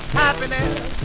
happiness